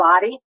body